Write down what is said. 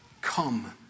come